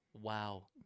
wow